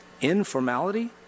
informality